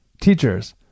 teachers